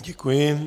Děkuji.